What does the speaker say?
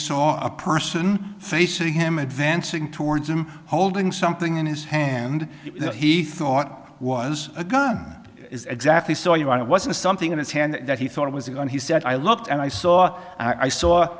saw a person facing him advancing towards him holding something in his hand that he thought was a gun is exactly so you want it wasn't something in his hand that he thought it was a gun he said i looked and i saw i s